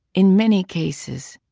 in many cases,